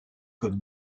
comme